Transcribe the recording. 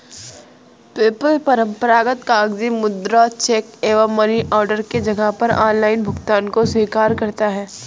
PayPal परंपरागत कागजी मुद्रा, चेक एवं मनी ऑर्डर के जगह पर ऑनलाइन भुगतान को स्वीकार करता है